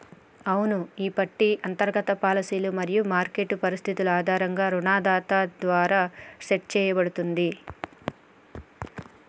అవును ఈ పట్టి అంతర్గత పాలసీలు మరియు మార్కెట్ పరిస్థితులు ఆధారంగా రుణదాత ద్వారా సెట్ సేయబడుతుంది